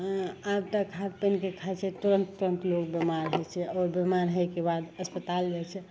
आब तऽ खाद पानिके खाइ छै तुरन्त तुरन्त लोक बेमार होइ छै आओर बेमारी होइके बाद अस्पताल जाइ छै